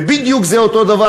ובדיוק זה אותו דבר,